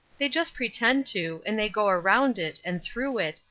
they just pretend to, and they go around it, and through it,